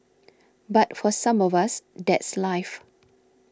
but for some of us that's life